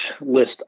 list